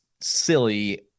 silly